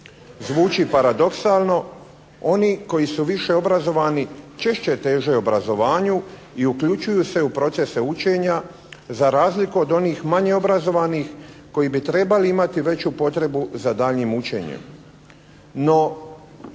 Zvuči paradoksalno, oni koji su više obrazovani češće teže obrazovanju i uključuju se u procese učenja za razliku od onih manje obrazovanih koji bi trebali imati veću potrebu za daljnjim učenjem.